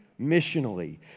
missionally